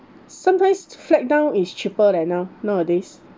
sometimes flag down is cheaper leh now nowadays